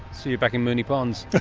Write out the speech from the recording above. see you're back in moonee ponds.